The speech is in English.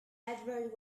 edvard